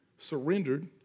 surrendered